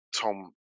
Tom